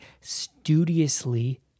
studiously